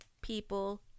people